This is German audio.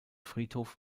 friedhof